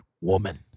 woman